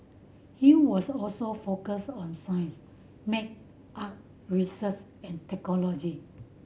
it was also focus on science maths art research and technology